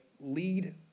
lead